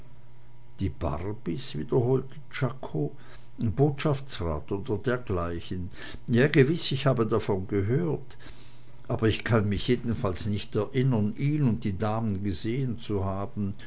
die barbys wiederholte czako botschaftsrat oder dergleichen ja gewiß ich habe davon gehört aber ich kann mich jedenfalls nicht erinnern ihn und die damen gesehen zu haben